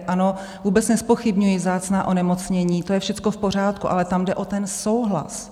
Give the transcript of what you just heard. Ano, vůbec nezpochybňuji vzácná onemocnění, to je všecko v pořádku, ale tam jde o ten souhlas.